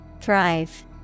Thrive